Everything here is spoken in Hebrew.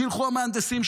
שילכו המהנדסים,